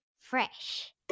fresh